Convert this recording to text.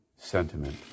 sentiment